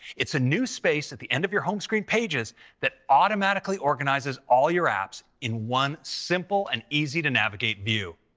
it's a new space at the end of your home screen pages that automatically organizes all your apps in one simple and easy-to-navigate view.